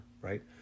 right